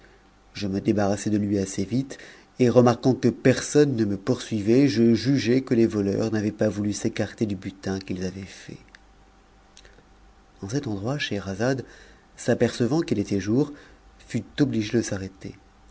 je me débarrassai de lui assez vite et remarquant que personne ne me poursuivait je jugeai que les voleurs n'avaient pas voulu s'écarter du butin qu'ils avaient fait en cet endroit scheherazade s'apercevant qu'il était jour fut obligée de s'arrêter